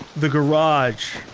the garage,